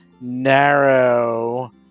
narrow